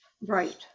Right